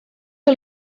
que